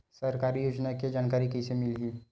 सरकारी योजना के जानकारी कइसे मिलही?